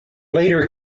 later